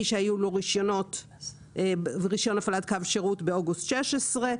מי שהיה לו רישיון הפעלת קו שירות באוגוסט 2016,